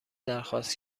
درخواست